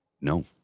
No